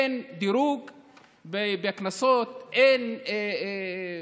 אין דירוג בקנסות, אין